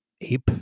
ape